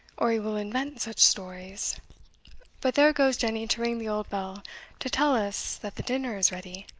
or he will invent such stories but there goes jenny to ring the old bell to tell us that the dinner is ready.